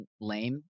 lame